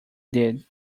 did